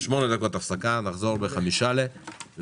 הישיבה ננעלה בשעה 11:47.